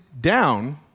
down